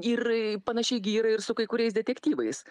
ir panašiai gi yra ir su kai kuriais detektyvais